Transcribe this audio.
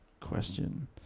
question